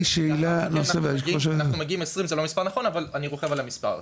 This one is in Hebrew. שאלה --- 20 זה לא מספר נכון אבל אני רוכב על המספר הזה.